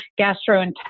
gastrointestinal